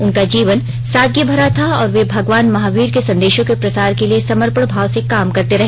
उनका जीवन सादगी भरा था और वे भगवान महावीर के संदेशों के प्रसार के लिए समर्पण भाव से काम करते रहे